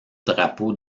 drapeau